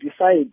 decide